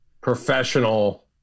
professional